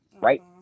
right